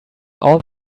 all